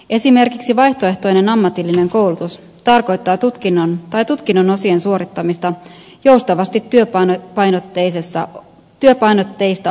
esimerkiksi vaihtoehtoinen ammatillinen koulutus tarkoittaa tutkinnon tai tutkinnon osien suorittamista joustavasti työpainotteista opetusmenetelmää käyttäen